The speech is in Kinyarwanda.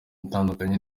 itandukanye